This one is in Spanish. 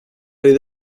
rey